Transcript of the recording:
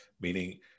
Meaning